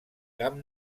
camp